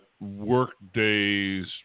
Workday's